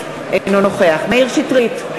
אינו נוכח מאיר שטרית,